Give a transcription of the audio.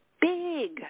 big